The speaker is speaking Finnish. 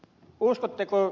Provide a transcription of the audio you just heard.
uskotteko